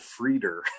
Frieder